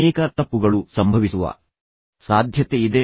ಅನೇಕ ತಪ್ಪುಗಳು ಸಂಭವಿಸುವ ಸಾಧ್ಯತೆಯಿದೆ